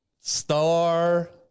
star